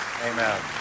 Amen